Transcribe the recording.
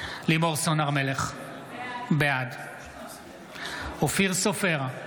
לימור סון הר מלך, בעד אופיר סופר,